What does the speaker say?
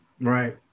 Right